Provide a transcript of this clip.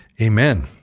Amen